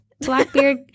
Blackbeard